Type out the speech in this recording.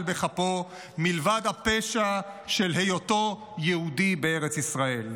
בכפו מלבד הפשע של היותו יהודי בארץ ישראל.